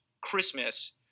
Christmas